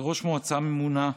כראש מועצה ממונה,